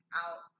out